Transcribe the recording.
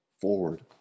forward